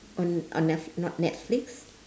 on on netfl~ not netflix